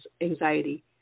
anxiety